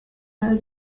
mal